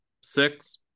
six